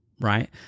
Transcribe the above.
Right